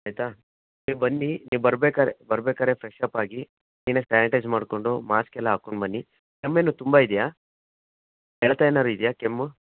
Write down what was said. ಆಯಿತಾ ನೀವು ಬನ್ನಿ ನೀವು ಬರ್ಬೇಕಾದ್ರೆ ಬರ್ಬೇಕಾದ್ರೆ ಫ್ರೆಶ್ ಅಪ್ ಆಗಿ ಕ್ಲೀನಾಗಿ ಸ್ಯಾನಿಟೈಝ್ ಮಾಡಿಕೊಂಡು ಮಾಸ್ಕ್ ಎಲ್ಲ ಹಾಕೊಂಬನ್ನಿ ಕೆಮ್ಮೇನು ತುಂಬ ಇದೆಯಾ ಕೆರೆತ ಏನಾದ್ರು ಇದೆಯ ಕೆಮ್ಮು